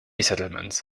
settlements